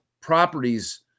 properties